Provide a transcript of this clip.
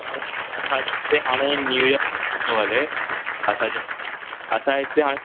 ऐं असां हिते हाणे न्यू ईयर थो हले असांजो असांजे हिते हाणे